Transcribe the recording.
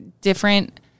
different